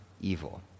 evil